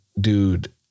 dude